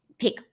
pick